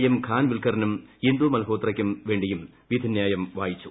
M Khan വിൽക്കറിനും ഇന്ദുമൽഹോത്രയ്ക്കും വേണ്ടിയും വിധിന്യായം വായിച്ചു